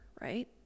right